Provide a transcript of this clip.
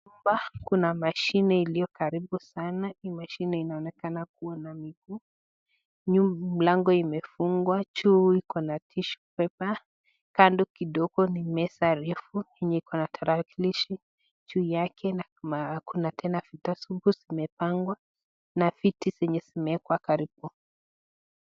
Hapa kuna mashine iliyo karibu sana. Hii mashine inaonekana kuwa na miguu, mlango imefungwa, juu iko na [tissue paper] kando kidogo ni meza refu yenye iko na tarakilishi juu yake na kuna tena vitabu zimepangwa na viti zenye zimewekwa karibu.